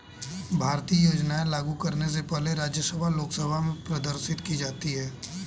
भारतीय योजनाएं लागू करने से पहले राज्यसभा लोकसभा में प्रदर्शित की जाती है